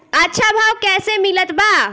अच्छा भाव कैसे मिलत बा?